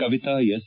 Kavita S